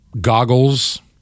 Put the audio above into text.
goggles